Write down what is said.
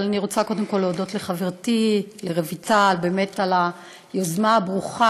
אבל אני רוצה קודם כול באמת להודות לחברתי רויטל על היוזמה הברוכה.